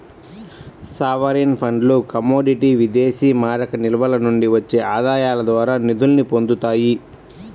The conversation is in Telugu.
సావరీన్ ఫండ్లు కమోడిటీ విదేశీమారక నిల్వల నుండి వచ్చే ఆదాయాల ద్వారా నిధుల్ని పొందుతాయి